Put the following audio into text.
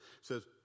says